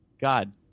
God